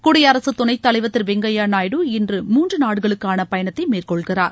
குடியரசு துணைத்தலைவர் திரு வெங்கய்யா நாயுடு இன்று மூன்று நாடுகளுக்கான பயணத்தை மேற்கொள்கிறார்